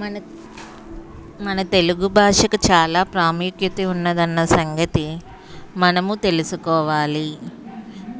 మన మన తెలుగు భాషకు చాలా ప్రాముఖ్యత ఉన్నదన్న సంగతి మనము తెలుసుకోవాలి